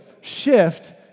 shift